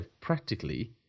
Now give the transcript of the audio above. practically